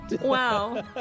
Wow